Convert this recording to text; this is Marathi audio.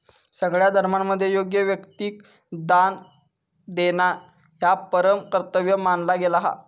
सगळ्या धर्मांमध्ये योग्य व्यक्तिक दान देणा ह्या परम कर्तव्य मानला गेला हा